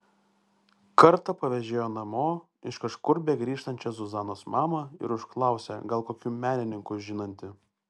kartą pavežėjo namo iš kažkur begrįžtančią zuzanos mamą ir užklausė gal kokių menininkų žinanti